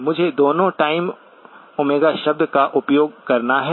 मुझे दोनों time omega शब्द का उपयोग करना है